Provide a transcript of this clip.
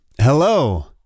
Hello